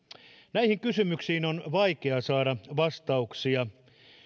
näihin kysymyksiin on vaikea saada vastauksia